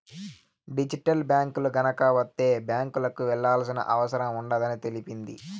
digital బ్యాంకులు గనక వత్తే బ్యాంకులకు వెళ్లాల్సిన అవసరం ఉండదని తెలిపింది